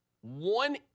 one